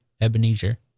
Ebenezer